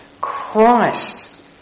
Christ